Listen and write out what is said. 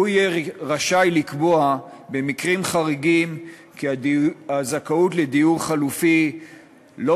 יהיה רשאי לקבוע במקרים חריגים שהזכאות לדיור חלופי לא